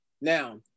Now